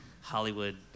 Hollywood